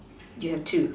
you have two